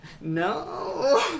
No